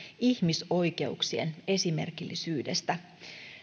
ihmisoikeuksien esimerkillisyydestä